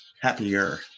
happier